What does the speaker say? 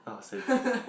ah same